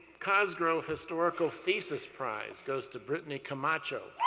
cosgrove historical thesis prize goes to brittany camacho.